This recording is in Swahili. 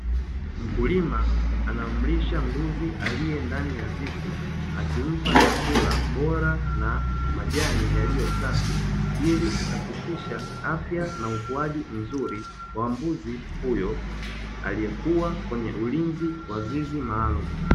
Mkulima anamlisha mbuzi aliye ndani ya zizi, akimpa chakula bora na majani yaliyo safi ili kuhakikisha afya na ukuaji mzuri wa mbuzi huyo aliyekuwa kwenye ulinzi wa zizi maalumu.